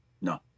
No